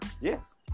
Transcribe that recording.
Yes